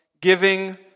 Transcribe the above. giving